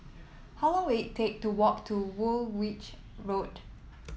how long will it take to walk to Woolwich Road